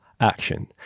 action